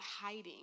hiding